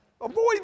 Avoid